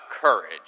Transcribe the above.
courage